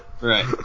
Right